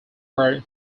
were